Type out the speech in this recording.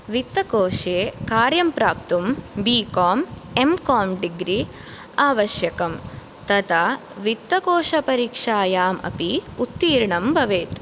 वित्तकोशे कार्यं प्राप्तुं B Com M Com degree आवश्यकम् तथा वित्तकोशपरीक्षायाम् अपि उत्तीर्णं भवेत्